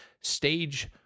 stage